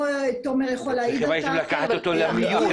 תומר בעצמו יכול להעיד על כך --- היו צריכים לקחת אותו למיון,